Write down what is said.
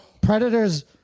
Predators